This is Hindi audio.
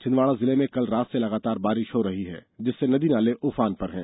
छिन्दवाड़ा जिले में कल रात से लगातार बारिश हो रही है जिससे नदी नाले उफान पर पर हैं